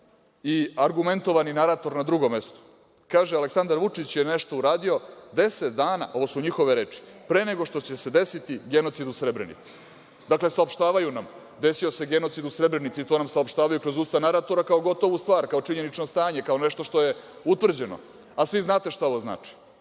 i argumentovani narator na drugom mestu? Kaže – Aleksandar Vučić je nešto uradio deset dana, ovo su njihove reči, pre nego što će se desiti genocid u Srebrenici. Dakle, saopštavaju nam - desio genocid u Srebrenici i to nam saopštavaju kroz usta naratora kao gotovu stvar, kao činjenično stanje, kao nešto što je utvrđeno, a svi znate šta ovo znači.